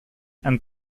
and